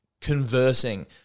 conversing